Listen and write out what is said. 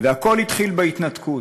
והכול התחיל בהתנתקות.